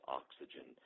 oxygen